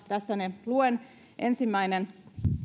tässä luen ensimmäinen